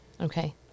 okay